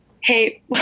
Hey